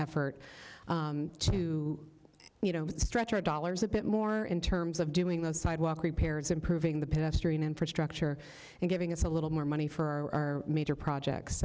effort to you know stretch our dollars a bit more in terms of doing the sidewalk repairs improving the pedestrian infrastructure and giving us a little more money for our major projects